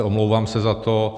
Omlouvám se za to.